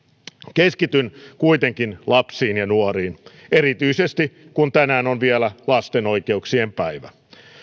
keskityn kuitenkin lapsiin ja nuoriin erityisesti kun tänään on vielä lasten oikeuksien päivä